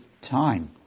time